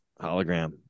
Hologram